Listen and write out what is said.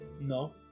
no